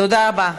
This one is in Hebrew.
תודה רבה.